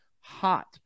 hot